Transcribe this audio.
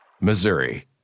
Missouri